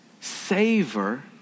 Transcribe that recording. savor